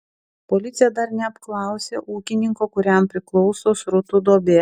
policija dar neapklausė ūkininko kuriam priklauso srutų duobė